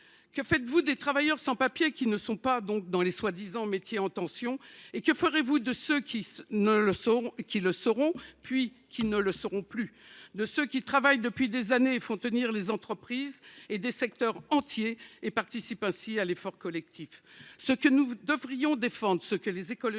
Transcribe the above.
que faites vous des travailleurs sans papiers qui ne sont pas employés dans les prétendus métiers en tension ? Que ferez vous de ceux qui le sont, puis qui ne le seront plus et de ceux qui travaillent depuis des années et font tenir des entreprises et des secteurs entiers, participant ainsi à l’effort collectif ?